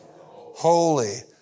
holy